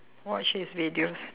watch his videos